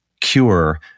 cure